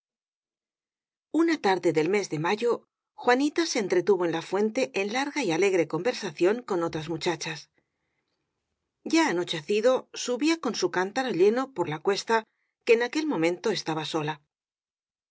una tarde del mes de mayo juanita se entretuvo en la fuente en larga y alegre conversación con otras muchachas ya anochecido subía con su cántaro lleno por la cuesta que en aquel momento estaba sola